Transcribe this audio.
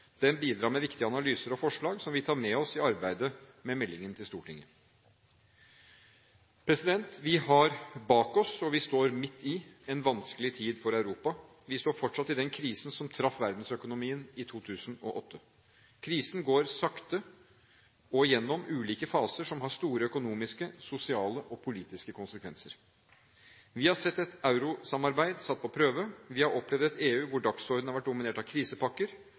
Den bidrar med viktige analyser og forslag, som vi tar med oss i arbeidet med meldingen til Stortinget. Vi har bak oss, og vi står midt i, en vanskelig tid for Europa. Vi står fortsatt i den krisen som traff verdensøkonomien i 2008. Krisen går sakte og gjennom ulike faser som har store økonomiske, sosiale og politiske konsekvenser. Vi har sett et eurosamarbeid satt på prøve. Vi har opplevd et EU hvor dagsordenen har vært dominert av krisepakker.